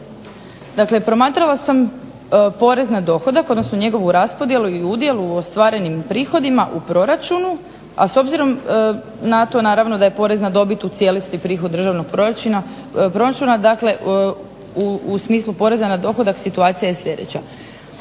Dakle, promatrala sam porez na dohodak, odnosno njegovu raspodjelu i udjel u ostvarenim prihodima u proračunu, a s obzirom na to naravno da je porez na dobit u cijelosti prihod državnog proračuna, dakle u smislu poreza na dohodak situacija je sljedeća: